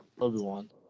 obi-wan